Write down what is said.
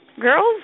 Girls